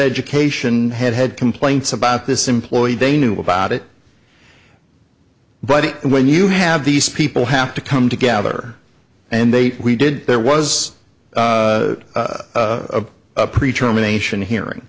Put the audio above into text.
education had had complaints about this employee they knew about it but when you have these people have to come together and they we did there was a preacher emanation hearing